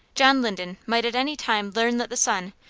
john linden might at any time learn that the son,